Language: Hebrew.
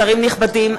שרים נכבדים,